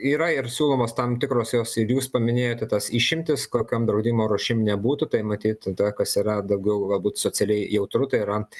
yra ir siūlomos tam tikros jos ir jūs paminėjote tas išimtis kokiom draudimo rūšim nebūtų tai matyt tada kas yra daugiau galbūt socialiai jautru tai yra